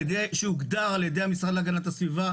שהוגדר על ידי המשרד להגנת הסביבה,